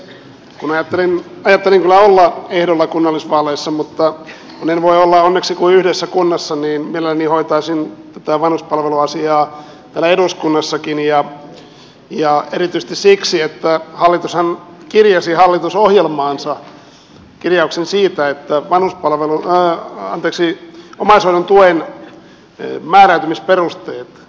ajattelin kyllä olla ehdolla kunnallisvaaleissa mutta kun en voi olla onneksi kuin yhdessä kunnassa niin mielelläni hoitaisin tätä vanhuspalveluasiaa täällä eduskunnassakin ja erityisesti siksi että hallitushan kirjasi hallitusohjelmaansa kirjauksen siitä että omaishoidon tuen määräytymisperusteet yhdenmukaistetaan